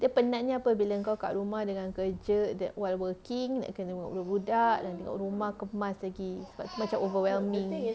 dia penatnya apa bila kau kat rumah then dengan kerja while working nak kena tengok budak tengok rumah kemas lagi sebab tu macam overwhelming